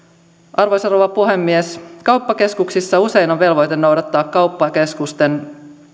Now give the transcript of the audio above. arvoisa rouva puhemies kauppakeskuksissa usein on velvoite noudattaa kauppakeskusten